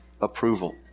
approval